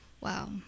wow